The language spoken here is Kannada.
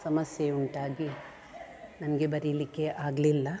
ಸಮಸ್ಯೆ ಉಂಟಾಗಿ ನನಗೆ ಬರಿಲಿಕ್ಕೆ ಆಗಲಿಲ್ಲ